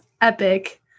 epic